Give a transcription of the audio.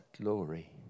glory